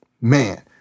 Man